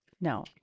no